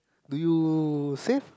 do you save